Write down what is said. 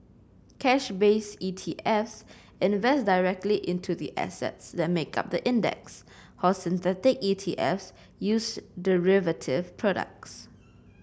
cash based ETs invest directly into the assets that make up the index ETs use derivative products